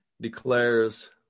declares